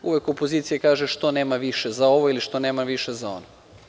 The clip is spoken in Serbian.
Uvek opozicija kaže – što nema više za ovo, ili što nema više za ono.